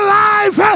life